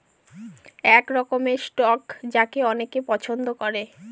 এক রকমের স্টক যাকে অনেকে পছন্দ করে